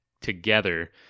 together